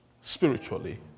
spiritually